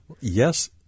yes